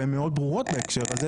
והן מאוד ברורות בהקשר הזה.